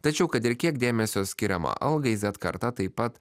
tačiau kad ir kiek dėmesio skiriama algai zet karta taip pat